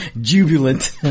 Jubilant